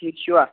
ٹھیٖک چھُوا